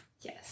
yes